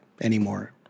anymore